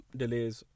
delays